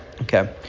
okay